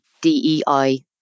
DEI